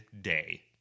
day